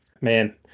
Man